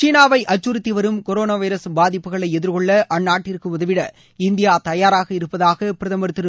சீனாவை அச்சுறுத்தி வரும் கொரோனா வைரஸ் பாதிப்புகளை எதிர்கொள்ள அந்நாட்டிற்கு உதவிட இந்தியா தயாராக இருப்பதாக பிரதமா் திரு